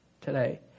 today